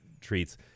treats